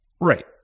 Right